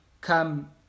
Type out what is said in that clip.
come